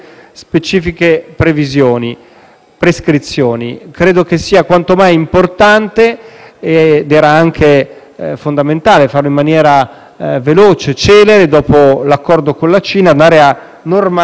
prescrizioni. Credo che sia quanto mai importante - ed era anche fondamentale farlo in maniera celere dopo l'accordo con la Cina - andare a normare questi delicati aspetti.